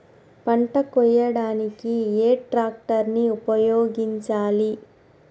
పంట కోయడానికి ఏ ట్రాక్టర్ ని ఉపయోగించాలి?